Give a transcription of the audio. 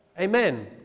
Amen